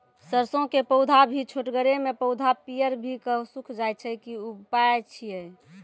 सरसों के पौधा भी छोटगरे मे पौधा पीयर भो कऽ सूख जाय छै, की उपाय छियै?